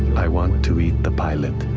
i want to eat the pilot